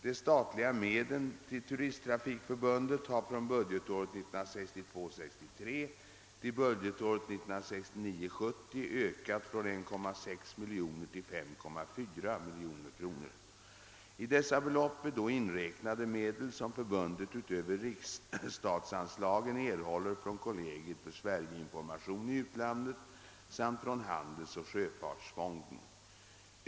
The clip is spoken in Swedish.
De statliga medlen till Turisttrafikförbundet har från budgetåret 1962 70 ökat från 1,6 miljon till 5,4 miljoner kronor. I dessa belopp är då inräknade medel som förbundet utöver riksstatsanslagen erhåller från Kollegiet för Sverigeinformation i utlandet samt från handelsoch sjöfartsfonden.